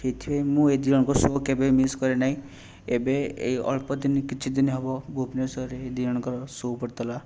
ସେଇଥିପାଇଁ ମୁଁ ଏ ଦୁଇଜଣଙ୍କ ଶୋ କେବେ ବି ମିସ୍ କରେନାହିଁ ଏବେ ଏଇ ଅଳ୍ପ ଦିନି କିଛି ଦିନି ହେବ ଭୁବନେଶ୍ୱରରେ ହି ଦୁଇଜଙ୍କର ଶୋ ପଡ଼ିଥିଲା